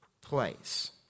place